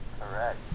Correct